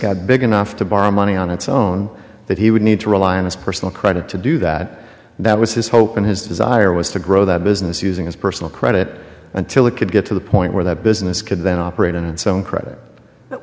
got big enough to borrow money on its own that he would need to rely on his personal credit to do that that was his hope and his desire was to grow that business using his personal credit until it could get to the point where that business could then operate and so on credit